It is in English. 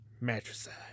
matricide